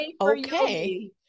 Okay